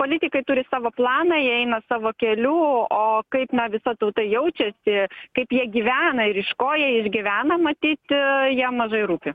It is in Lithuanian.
politikai turi savo planą jie eina savo keliu o kaip na visa tauta jaučiasi kaip jie gyvena ir iš ko jie išgyvena matyt jiem mažai rūpi